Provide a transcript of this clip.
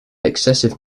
excessive